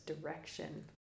direction